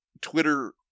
Twitter